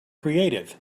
creative